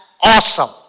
awesome